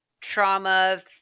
trauma